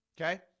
okay